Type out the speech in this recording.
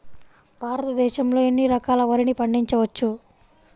భారతదేశంలో ఎన్ని రకాల వరిని పండించవచ్చు